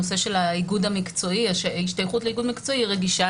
הנושא של ההשתייכות לאיגוד מקצועי רגישה,